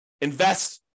invest